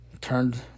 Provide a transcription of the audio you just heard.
turned